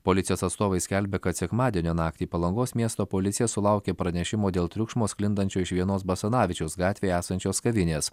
policijos atstovai skelbia kad sekmadienio naktį palangos miesto policija sulaukė pranešimo dėl triukšmo sklindančio iš vienos basanavičiaus gatvėje esančios kavinės